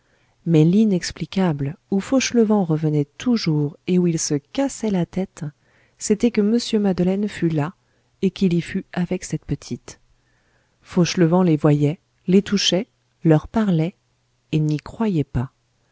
mais l'inexplicable où fauchelevent revenait toujours et où il se cassait la tête c'était que mr madeleine fût là et qu'il y fût avec cette petite fauchelevent les voyait les touchait leur parlait et n'y croyait pas